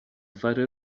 fare